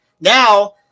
Now